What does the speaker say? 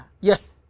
yes